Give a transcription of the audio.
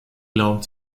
glauben